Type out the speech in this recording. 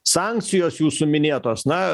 sankcijos jūsų minėtos na